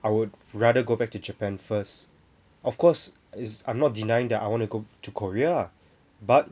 I would rather go back to japan first of course is I'm not denying that I wanna go to korea ah but